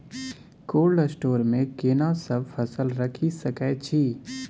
Cold store मे केना सब फसल रखि सकय छी?